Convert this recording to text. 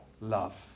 love